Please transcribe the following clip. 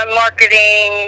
marketing